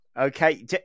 Okay